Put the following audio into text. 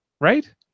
right